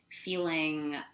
feeling